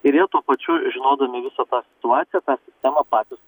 ir jie tuo pačiu žinodami visą tą situaciją tą sistemą patys